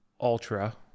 Ultra